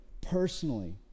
personally